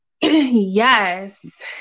Yes